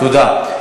תודה.